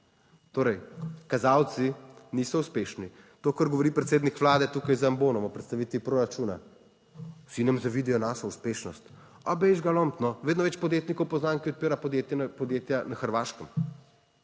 Torej, kazalci niso uspešni. To, kar govori predsednik Vlade tukaj z ambonom o predstavitvi proračuna, vsi nam za vidijo našo uspešnost, a »bejž« ga lomiti, vedno več podjetnikov poznam, ki odpira podjetja na Hrvaškem,